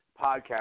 podcast